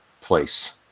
place